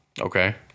Okay